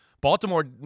Baltimore